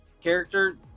character